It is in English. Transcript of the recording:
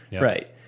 Right